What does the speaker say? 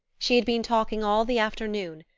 she had been talking all the afternoon,